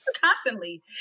constantly